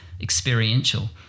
experiential